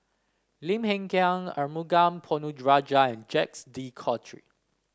Lim Hng Kiang Arumugam Ponnu Rajah and Jacques De Coutre